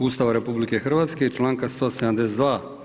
Ustava RH i članka 172.